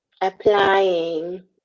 applying